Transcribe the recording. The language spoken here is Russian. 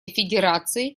федерации